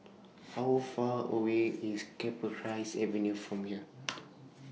How Far away IS Cypress Avenue from here